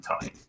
time